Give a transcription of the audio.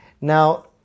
Now